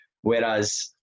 whereas